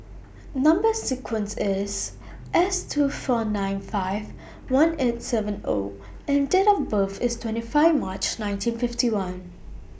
Number sequence IS S two four nine five one eight seven O and Date of birth IS twenty five March nineteen fifty one